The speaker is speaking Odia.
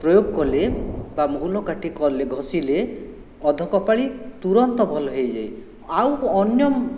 ପ୍ରୟୋଗ କଲେ ବା ମହୁଲ କାଠି କଲେ ଘଷିଲେ ଅଧକପାଳି ତୁରନ୍ତ ଭଲ ହୋଇଯାଏ ଆଉ ଅନ୍ୟ